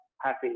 happy